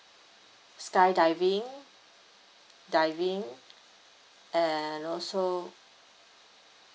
skydiving diving and also